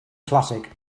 classic